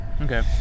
okay